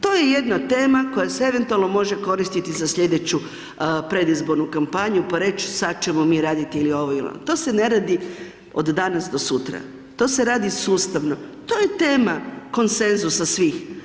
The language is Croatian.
To je jedna tema koja se eventualno može koristiti za slijedeću predizbornu kampanju pa reć sad ćemo mi raditi ili ovo ili ono, to se ne radi od danas do sutra, to se radi sustavno, to je tema konsenzusa svih.